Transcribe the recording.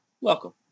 welcome